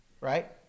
Right